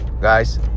Guys